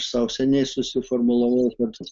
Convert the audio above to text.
sau seniai susiformulavau kad